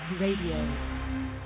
Radio